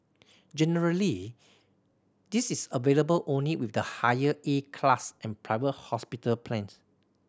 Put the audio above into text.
generally this is available only with the higher A class and private hospital plans